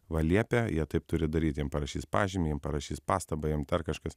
va liepia jie taip turi daryti jiem parašys pažymį jiem parašys pastabą jiem dar kažkas